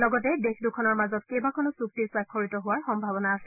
লগতে দেশ দুখনৰ মাজত কেইবাখনো চুক্তি স্বাক্ষৰিত হোৱাৰ সম্ভাৱনা আছে